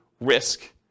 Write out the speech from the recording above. risk